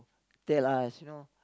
tell us you know